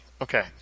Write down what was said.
okay